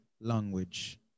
language